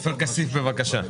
עופר כסיף, בבקשה.